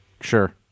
Sure